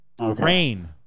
rain